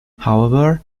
however